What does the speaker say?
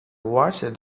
watched